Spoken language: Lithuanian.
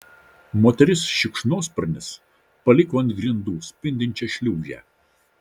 moteris šikšnosparnis paliko ant grindų spindinčią šliūžę